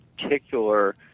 particular